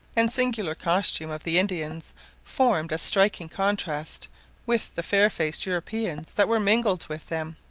and singular costume of the indians formed a striking contrast with the fair-faced europeans that were mingled with them,